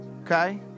Okay